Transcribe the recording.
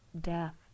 death